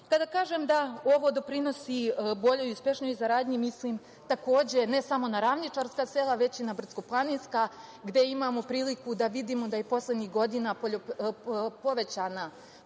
kažem da ovo doprinosi boljoj i uspešnijoj saradnji, mislim, takođe, ne samo na ravničarska sela, već i na brdsko-planinska, gde imamo priliku da vidimo da je poslednjih godina povećana